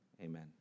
Amen